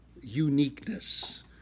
uniqueness